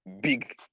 big